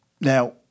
Now